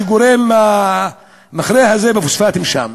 שגורם מכרה הפוספטים שם,